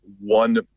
one